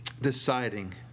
deciding